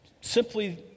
simply